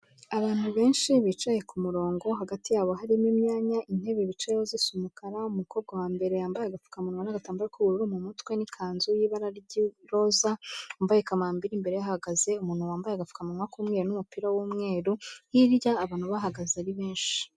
Abantu benshi bicaye ku murongo hagati yabo harimo imyanya intebe bicayeho zisa umukara, umukobwa wa mbere yambaye agapfukamun n'agatambaro k'ubururu mu mutwe n'ikanzu y'ibara ry'iroza, wambaye ikamambiri, imbere ye hahagaze umuntu wambaye agapfukamunwa k'umweru n'umupira w'umweru, hirya abantu bahagaze ari benshi.